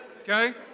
okay